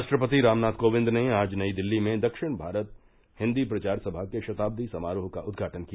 राष्ट्रपति रामनाथ कोविंद ने आज नई दिल्ली में दक्षिण भारत हिन्दी प्रचार सभा के शताब्दी समारोह का उद्घाटन किया